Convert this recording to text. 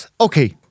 Okay